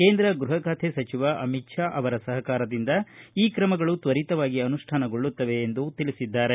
ಕೇಂದ್ರ ಗೃಹ ಖಾತೆ ಸಚಿವ ಅಮಿತ್ ಶಾ ಅವರ ಸಹಕಾರದಿಂದ ಈ ಕ್ರಮಗಳು ತ್ವರಿತವಾಗಿ ಅನುಷ್ಠಾನಗೊಳ್ಳುತ್ತವೆ ಎಂದು ತಿಳಿಸಿದ್ದಾರೆ